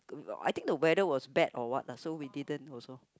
I think the weather was bad or what lah so we didn't also